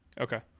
Okay